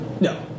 No